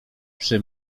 przy